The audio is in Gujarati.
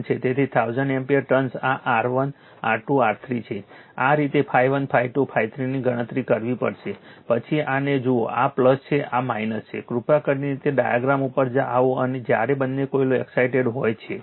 તેથી 1000 એમ્પીયર ટર્ન્સ આ R1 R2 R3 છે આ રીતે ∅1 ∅2 ∅3 ની ગણતરી કરવી પડશે પછી આને જુઓ આ છે આ છે કૃપા કરીને તે ડાયગ્રામ ઉપર આવો જ્યારે બંને કોઇલો એક્સાઇટેડ હોય છે